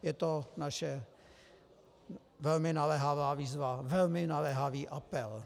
Je to naše velmi naléhavá výzva, velmi naléhavý apel.